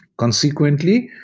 consequently,